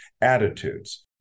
attitudes